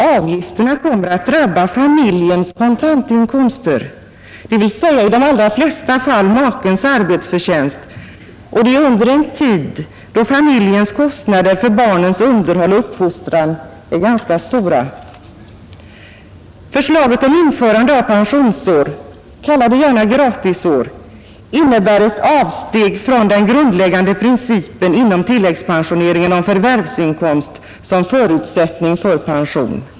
Avgifterna kommer dock att drabba familjens kontantinkomster, dvs. i de allra flesta fall makens arbetsförtjänst, och detta under en tid då familjens utgifter för barnens underhåll och uppfostran är ganska stora. Förslaget om införande av pensionsår — kalla dem gärna gratisår! — innebär ett avsteg från den grundläggande principen inom tilläggspensioneringen om förvärvsinkomst som förutsättning för pension.